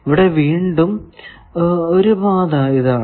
ഇവിടെ വീണ്ടും ഒരു പാത ഇതാണ്